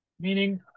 Meaning